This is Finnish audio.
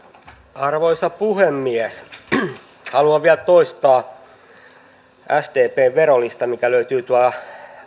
arvoisa puhemies haluan vielä toistaa sdpn verolistan mikä löytyi tuolta